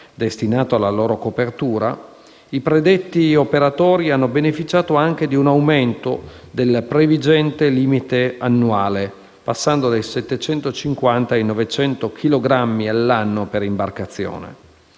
destinato alla loro copertura, i predetti operatori hanno beneficiato anche di un aumento del previgente limite annuale (passando dai 750 ai 900 chilogrammi all'anno per imbarcazione),